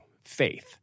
faith